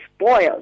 spoiled